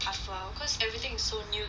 suffer cause everything is so new